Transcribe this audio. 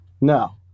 No